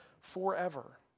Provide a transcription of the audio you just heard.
forever